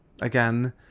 again